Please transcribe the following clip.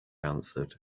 answered